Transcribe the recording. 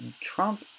Trump